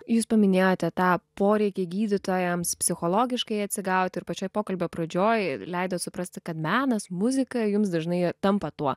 jūs paminėjote tą poreikį gydytojams psichologiškai atsigauti ir pačioj pokalbio pradžioj leidot suprasti kad menas muzika jums dažnai tampa tuo